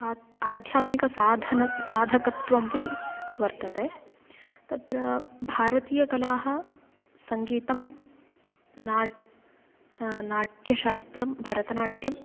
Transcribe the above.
आत् आध्यात्मिकसाधनं साधकत्वमपि वर्तते तत्र भारतीयकलाः सङ्गीतं नाट् नाट्यशास्त्रं भरतनाट्यम्